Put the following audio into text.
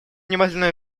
внимательно